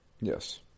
Yes